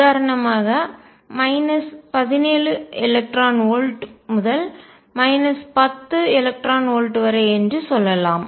உதாரணமாக 17 eV முதல் 10 eV வரை என்று சொல்லலாம்